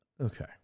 Okay